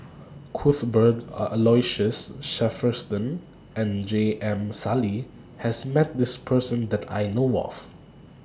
Cuthbert Aloysius Shepherdson and J M Sali has Met This Person that I know of